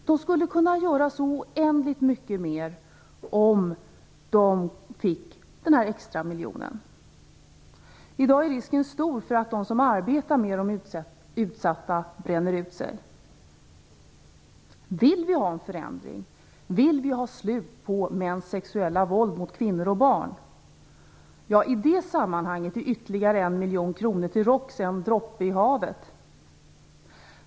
De skulle kunna göra så oändligt mycket mer om de fick den extra miljonen. I dag är risken stor för att de som arbetar med de utsatta bränner ut sig. Vill vi ha en förändring, vill vi ha slut på mäns sexuella våld mot kvinnor och barn, så är ytterligare en miljon kronor till ROKS en droppe i havet.